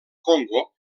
congo